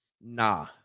Nah